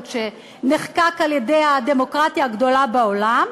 שנחקק על-ידי הדמוקרטיה הגדולה בעולם,